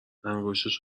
انگشتش